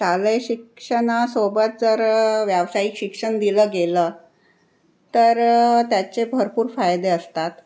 शालेय शिक्षणासोबत जर व्यावसायिक शिक्षण दिलं गेलं तर त्याचे भरपूर फायदे असतात